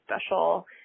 special